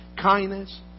kindness